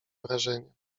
wrażenie